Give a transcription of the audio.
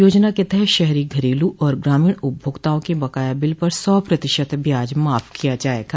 योजना के तहत शहरी घरेलू और गामीण उपभोक्ताओं क बकाया बिल पर सौ प्रतिशत ब्याज माफ किया जायेगा